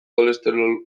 kolesterol